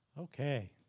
Okay